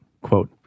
Quote